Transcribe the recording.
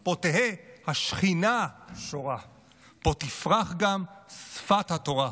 / פה תהא השכינה שורה, / פה תפרח גם שפת התורה".